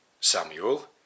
Samuel